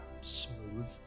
smooth